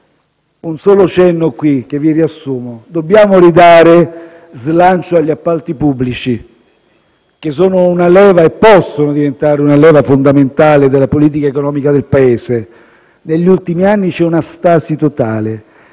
Un solo cenno qui, che vi riassumo: dobbiamo ridare slancio agli appalti pubblici, che sono e possono diventare una leva fondamentale della politica economica del Paese. Negli ultimi anni c'è una stasi totale,